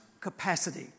capacity